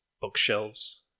bookshelves